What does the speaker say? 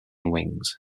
wings